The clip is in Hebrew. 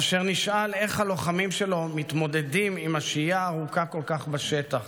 אשר נשאל איך הלוחמים שלו מתמודדים עם השהייה הארוכה כל כך בשטח